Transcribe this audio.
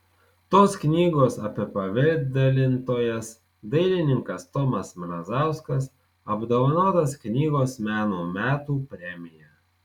tos knygos apipavidalintojas dailininkas tomas mrazauskas apdovanotas knygos meno metų premija